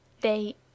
They